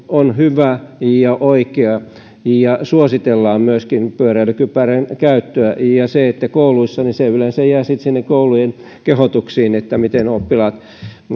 on hyvä ja oikea ja että suositellaan pyöräilykypärän käyttöä ja sitten kouluissa se yleensä jää sinne sinne koulujen kehotuksiin miten oppilaat